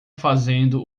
fazendo